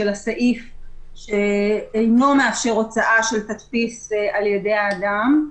הסעיף שאינו מאשר הוצאה של תדפיס על ידי האדם.